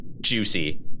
juicy